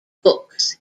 books